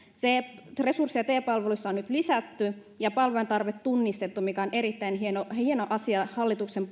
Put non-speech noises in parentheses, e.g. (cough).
resursseja te palveluissa on nyt lisätty ja palvelujen tarve tunnistettu mikä on erittäin hieno hieno asia hallituksen (unintelligible)